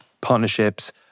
partnerships